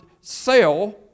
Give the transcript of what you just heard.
sell